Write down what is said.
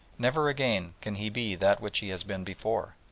never again can he be that which he has been before.